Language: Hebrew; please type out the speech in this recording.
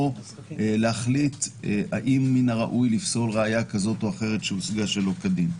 בבואו להחליט האם ראוי לפסול ראיה כזאת או אחרת שהושגה שלא כדין.